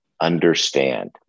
understand